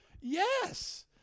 Yes